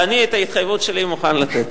ואני את ההתחייבות שלי מוכן לתת.